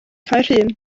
caerhun